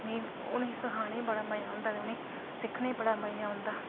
ते मिगी सखानी गी उनेंगी बड़ा मज़ा औंदा ते सिक्खने गी बड़ा मज़ा औंदा